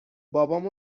بابام